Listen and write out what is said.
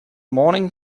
morning